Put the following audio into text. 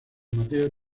mateo